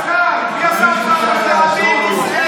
חבר הכנסת, לא לענות.